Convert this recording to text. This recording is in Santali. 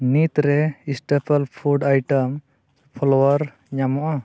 ᱛᱤᱱᱨᱮ ᱥᱴᱮᱯᱚᱞ ᱯᱷᱩᱰ ᱟᱭᱴᱮᱢᱥ ᱯᱷᱞᱟᱣᱟᱨᱥ ᱧᱟᱢᱚᱜᱼᱟ